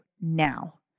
now